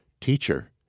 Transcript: teacher